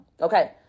okay